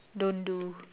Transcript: don't do